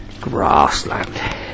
Grassland